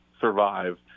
survive